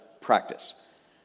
practice